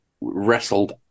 wrestled